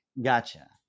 Gotcha